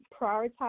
Prioritize